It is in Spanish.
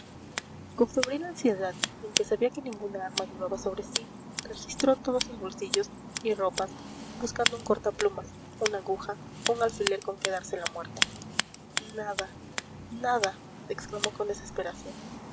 con febril ansiedad y aunque sabía que ninguna arma llevaba sobre sí registró todos sus bolsillos y ropas buscando un corta plumas una aguja un alfiler con que darse la muerte nada nada exclamó con desesperación